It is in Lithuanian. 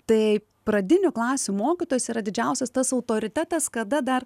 tai pradinių klasių mokytojas yra didžiausias tas autoritetas kada dar